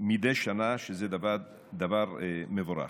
מדי שנה, שזה דבר מבורך.